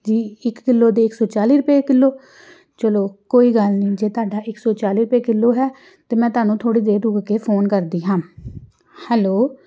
ਜੀ ਇੱਕ ਕਿੱਲੋ ਦੇ ਇੱਕ ਸੌ ਚਾਲੀ ਰੁਪਏ ਕਿੱਲੋ ਚਲੋ ਕੋਈ ਗੱਲ ਨਹੀਂ ਜੇ ਤੁਹਾਡਾ ਇੱਕ ਸੌ ਚਾਲੀ ਰੁਪਏ ਕਿੱਲੋ ਹੈ ਤਾਂ ਮੈਂ ਤੁਹਾਨੂੰ ਥੋੜ੍ਹੀ ਦੇਰ ਰੁਕ ਕੇ ਫੋਨ ਕਰਦੀ ਹਾਂ ਹੈਲੋ